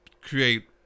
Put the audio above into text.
create